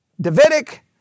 Davidic